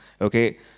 okay